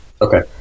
Okay